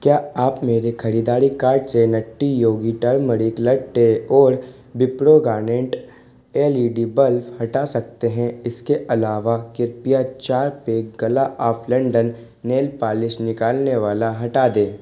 क्या आप मेरे खरीदारी कार्ट से नट्टी योगी टर्मरिक लट्टे और Wipro garnet L E D bulb हटा सकते हैं इसके अलावा कृपया चार pack gala of London nail polish निकालने वाला हटा दें